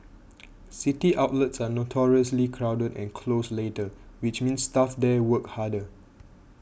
city outlets are notoriously crowded and close later which means staff there work harder